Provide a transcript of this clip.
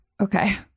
Okay